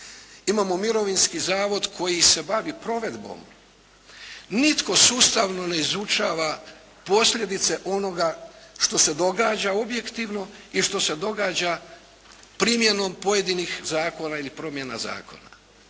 imamo mirovinski zavod koji se bavi provedbom. Nitko sustavno ne izučava posljedice onoga što se događa objektivno i što se događa primjenom pojedinih zakona ili promjena zakona.